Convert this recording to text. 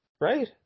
Right